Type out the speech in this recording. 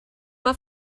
mae